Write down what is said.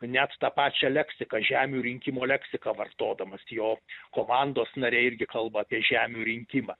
net tą pačią leksiką žemių rinkimo leksiką vartodamas jo komandos nariai irgi kalba apie žemių rinkimą